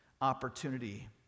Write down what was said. opportunity